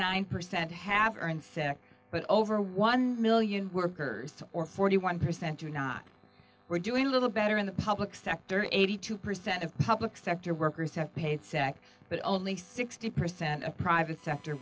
nine percent have earned six but over one million workers or forty one percent do not were doing a little better in the public sector eighty two percent of public sector workers have paid sick but only sixty percent of private sector